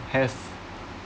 have